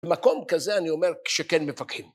במקום כזה אני אומר, כשכן מתווכחים.